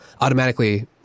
automatically